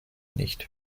nicht